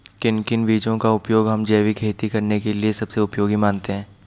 किन किन बीजों का उपयोग हम जैविक खेती करने के लिए सबसे उपयोगी मानते हैं?